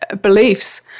beliefs